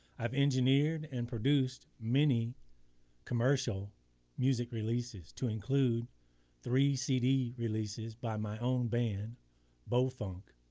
i've engineered and produced many commercial music releases, to include three cd releases by my own band beaufunk,